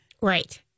Right